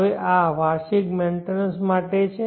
હવે આ વાર્ષિક મેન્ટેનન્સ માટે છે